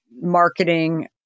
marketing